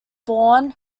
born